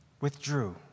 withdrew